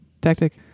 tactic